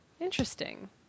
Interesting